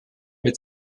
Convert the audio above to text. mit